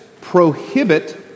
prohibit